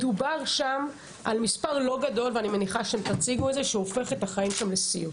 מדובר שם על מספר לא גדול שהופך את החיים שם לסיוט.